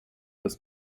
das